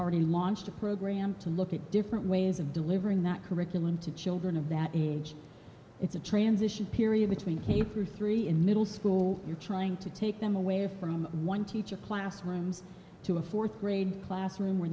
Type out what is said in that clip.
already launched a program to look at different ways of delivering that curriculum to children of that age it's a transition period between three and middle school you're trying to take them away from one teacher classrooms to a fourth grade classroom where